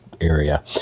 area